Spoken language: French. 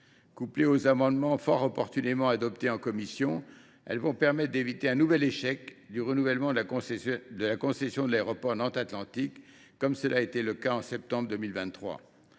Couplées aux amendements fort opportunément adoptés en commission, ces mesures vont permettre d’éviter un nouvel échec du renouvellement de la concession de l’aéroport Nantes Atlantique, comme cela a été le cas en septembre 2023.